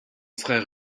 frère